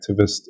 activist